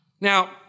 Now